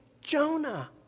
Jonah